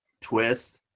Twist